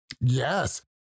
Yes